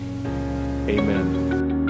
amen